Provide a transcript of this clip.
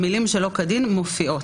המילים "שלא כדין" מופיעות,